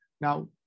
Now